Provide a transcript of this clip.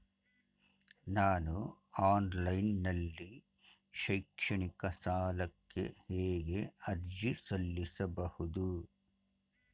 ನಾನು ಆನ್ಲೈನ್ ನಲ್ಲಿ ಶೈಕ್ಷಣಿಕ ಸಾಲಕ್ಕೆ ಹೇಗೆ ಅರ್ಜಿ ಸಲ್ಲಿಸಬಹುದು?